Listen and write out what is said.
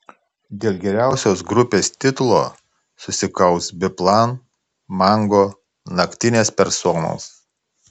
dėl geriausios grupės titulo susikaus biplan mango naktinės personos